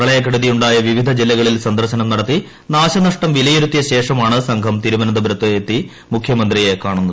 പ്രളയക്കെടുതിയുണ്ടായ വിവിധ ജില്ലകളിൽ സന്ദർശനം നടത്തി നാശനഷ്ടം വിലയിരുത്തിയ ശേഷമാണ് സംഘം തിരുവനന്തപുരത്ത് എത്തി മുഖ്യമന്ത്രിയെ കാണുന്നത്